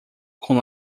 com